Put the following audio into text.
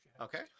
Okay